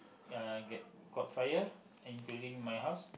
uh get got fire including my house